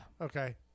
Okay